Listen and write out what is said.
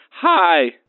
Hi